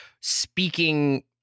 speaking